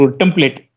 template